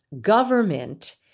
Government